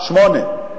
שמונה.